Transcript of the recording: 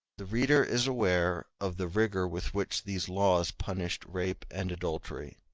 the reader is aware of the rigor with which these laws punished rape and adultery